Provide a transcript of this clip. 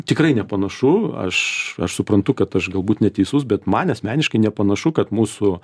tikrai nepanašu aš aš suprantu kad aš galbūt neteisus bet man asmeniškai nepanašu kad mūsų